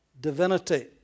divinity